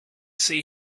see